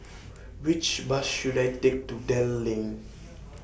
Which Bus should I Take to Dell Lane